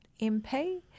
MP